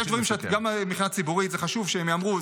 יש דברים שגם מבחינה ציבורית חשוב שהם ייאמרו.